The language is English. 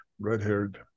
red-haired